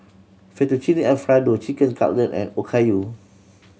Fettuccine Alfredo Chicken Cutlet and Okayu